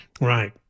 Right